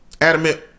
adamant